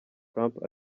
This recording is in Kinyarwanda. trump